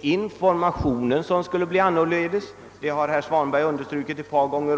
informationen skulle bli annorlunda — det har herr Svanberg understrukit ett par gånger.